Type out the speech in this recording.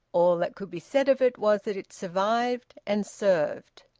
all that could be said of it was that it survived and served.